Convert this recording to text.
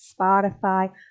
Spotify